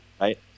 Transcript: Right